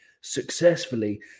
successfully